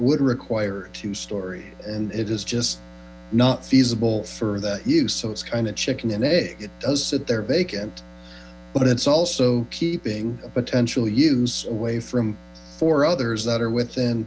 would require two story and it is just not feasible for that use so it's kind chicken and egg it does sit there vacant but it's also keeping a potential use away from four others that are within